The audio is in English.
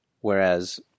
whereas